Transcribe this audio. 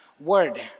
word